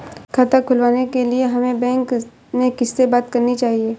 खाता खुलवाने के लिए हमें बैंक में किससे बात करनी चाहिए?